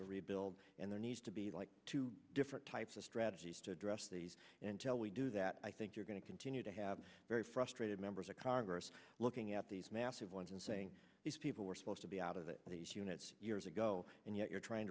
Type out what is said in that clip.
to rebuild and there needs to be like two different types of strategies to address these and tell we do that i think you're going to continue to have very frustrated members of congress looking at these massive ones and saying these people were supposed to be out of it these units years ago and yet you're trying